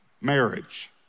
Marriage